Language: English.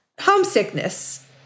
Homesickness